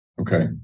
Okay